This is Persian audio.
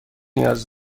نیاز